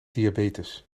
diabetes